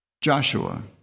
Joshua